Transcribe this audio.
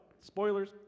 spoilers